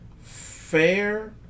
fair